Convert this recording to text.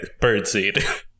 birdseed